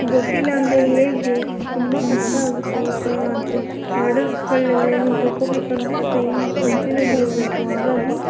ಗೊತ್ತಿಲ್ಲ ಅಂದರೆ ಹೇಗೆ ತುಂಬ ಕಷ್ಟ ಆಗುತ್ತೆ ಈ ಥರ ಆದರೆ ಆರ್ಡರ್ಸ್ಗಳನ್ನೆಲ್ಲನೂ ತಗೊಳ್ಬೇಕೆಂದ್ರೆ ಟೈಮ್ ಪಂಚ್ಯುಲಿಟಿ ಇರಬೇಕು ಹಾಗಾಗಿ